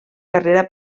carrera